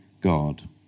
God